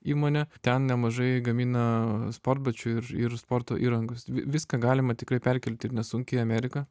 įmonė ten nemažai gamina sportbačių ir ir sporto įrangos vi viską galima tikrai perkelti ir nesunkiai į ameriką